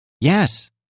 Yes